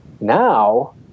Now